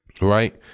right